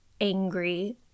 Angry